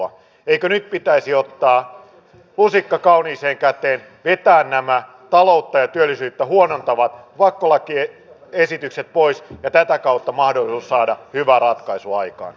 eikö nyt pitäisi ottaa lusikka kauniiseen käteen vetää nämä taloutta ja työllisyyttä huonontavat pakkolakiesitykset pois ja tätä kautta on mahdollisuus saada hyvä ratkaisu aikaan